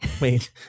Wait